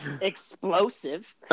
explosive